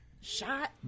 shot